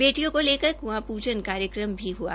बेटियों को लेकर कुआ पूजंन कार्यक्रम भी हुआ